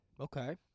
Okay